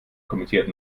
kommentiert